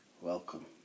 welcome